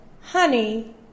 honey